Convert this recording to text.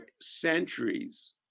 centuries